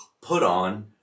put-on